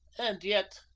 and yet,